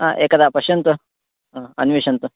अ एकदा पश्यन्तु अ अन्विष्यन्तु